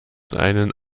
einen